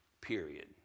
Period